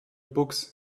books